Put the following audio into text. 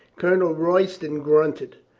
colonel royston grunted.